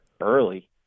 early